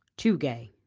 too gay,